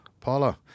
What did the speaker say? Paula